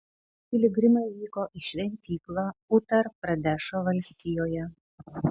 piligrimai vyko į šventyklą utar pradešo valstijoje